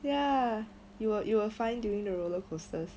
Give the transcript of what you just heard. ya you will you will find during the roller coasters